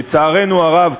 לצערנו הרב,